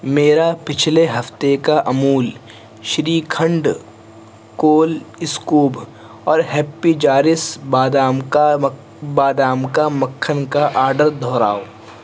میرا پچھلے ہفتے کا Amul shrikhand cool scoop اور ہیپی جارس بادام کا بادام کا مکھن کا آڈر دوہراؤ